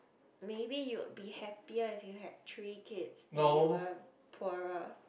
maybe you'd be happier if you had three kids and you were poorer